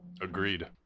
agreed